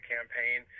Campaign